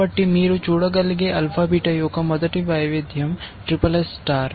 కాబట్టి మీరు చూడగలిగే ఆల్ఫా బీటా యొక్క మొదటి వైవిధ్యం SSS SSS స్టార్